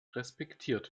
respektiert